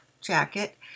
jacket